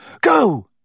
go